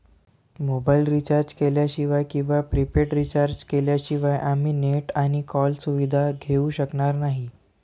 mobile recharge केल्याशिवाय किंवा prepaid recharge शिवाय आम्ही नेट आणि कॉल सुविधा घेऊ शकणार नाही